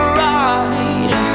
ride